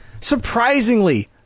surprisingly